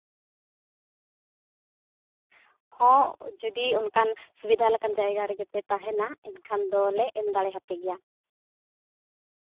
ᱦᱚᱸ ᱡᱩᱫᱤ ᱚᱱᱠᱟᱱ ᱥᱩᱵᱤᱫᱷᱟ ᱞᱮᱠᱟᱱ ᱡᱟᱭᱜᱟ ᱨᱮᱜᱮᱯᱮ ᱛᱟᱦᱮᱱᱟ ᱮᱱᱠᱷᱟᱱ ᱫᱚᱞᱮ ᱮᱢ ᱫᱟᱲᱮᱭᱟᱯᱮ ᱜᱮᱭᱟ